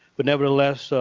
but nevertheless, so